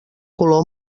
color